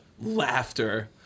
laughter